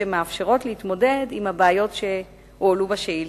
שמאפשרות להתמודד עם הבעיות שהועלו בשאילתא.